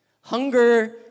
Hunger